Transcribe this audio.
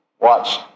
watch